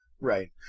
right